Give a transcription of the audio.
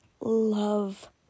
love